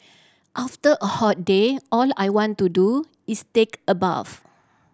after a hot day all I want to do is take a bath